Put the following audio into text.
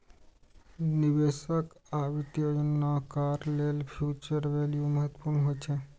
निवेशक आ वित्तीय योजनाकार लेल फ्यूचर वैल्यू महत्वपूर्ण होइ छै